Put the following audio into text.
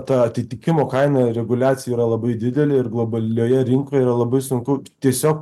ta atitikimo kaina reguliacija yra labai didelė ir globalioje rinkoje yra labai sunku tiesiog